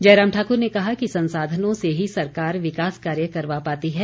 जयराम ठाकुर ने कहा कि संसाधनों से ही सरकार विकास कार्य करवा पाती है